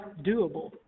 doable